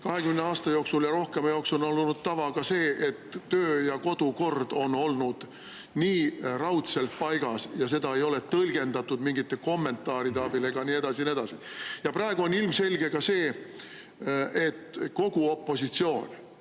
20 aasta ja rohkema aja jooksul on olnud tava ka see, et kodu- ja töökord on olnud raudselt paigas ja seda ei ole tõlgendatud mingite kommentaaride abil, ja nii edasi, ja nii edasi. Praegu on ilmselge ka see, et kogu opositsioon